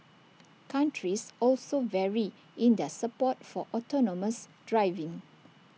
countries also vary in their support for autonomous driving